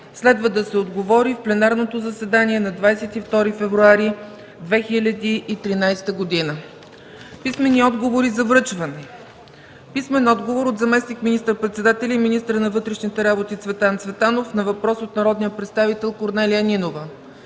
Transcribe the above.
Следва да се отговори в пленарното заседание на 22 февруари 2013 г. Писмени отговори за връчване от: - заместник министър-председателя и министър на вътрешните работи Цветан Цветанов на въпрос от народния представител Корнелия Нинова;